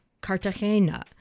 Cartagena